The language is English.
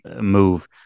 move